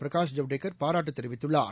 பிரகாஷ் ஜவ்டேகர் பாராட்டு தெரிவித்துள்ளார்